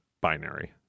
binary